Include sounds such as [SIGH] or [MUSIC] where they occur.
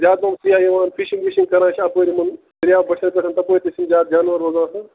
زیادٕ [UNINTELLIGIBLE] فِشِنٛگ وِشِنٛگ کران چھِ اَپٲرۍ یِمن دٔریاو بَٹھٮ۪ن پیٹھ تپٲرۍ تہِ چھِ زیاد جانوَر روزان [UNINTELLIGIBLE]